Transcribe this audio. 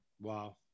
Wow